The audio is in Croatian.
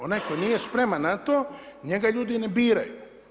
Onaj tko nije spreman na to njega ljudi ne biraju.